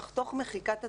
אך תוך מחיקת התוספת,